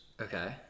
Okay